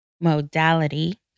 modality